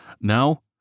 Now